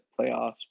playoffs